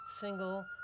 single